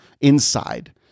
inside